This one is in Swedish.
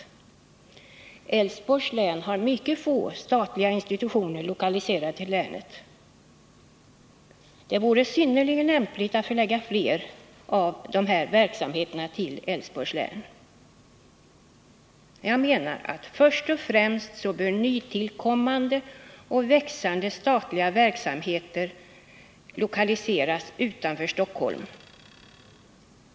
I Älvsborgs län finns mycket få statliga institutioner, och det vore synnerligen lämpligt att förlägga fler statliga verksamheter dit. Jag anser att först och främst bör nytillkommande och växande statliga verksamheter lokaliseras utanför Stockholm.